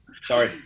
Sorry